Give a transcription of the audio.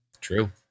True